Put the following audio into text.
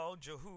Jehu